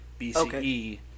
BCE